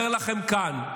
אני אומר לכם כאן,